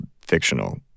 fictional